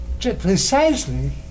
precisely